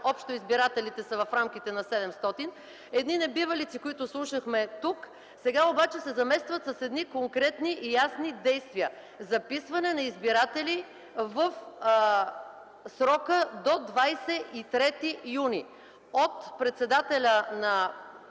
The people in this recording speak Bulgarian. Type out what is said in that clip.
общо избирателите са в рамките на 700. Едни небивалици, които слушахме тук, сега се заместват с конкретни и ясни действия: записване на избиратели в срока до 23 юни от председателя на